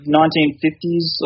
1950s